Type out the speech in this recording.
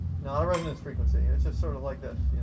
not a resonance frequency. it's just sort of like this.